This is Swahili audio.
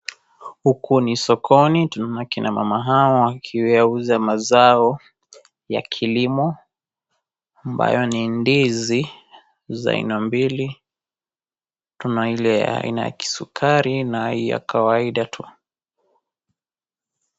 Huku ni sokoni tunaona kina mama hawa wakiyauza mazao ya kilimo, ambayo ni ndizi za aina mbili, tuna ile ya aina ya kisukari na ya kawaida tu.